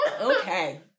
Okay